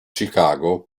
chicago